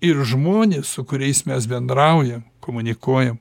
ir žmonės su kuriais mes bendraujam komunikuojam